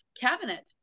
cabinet